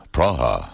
Praha